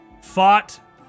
Fought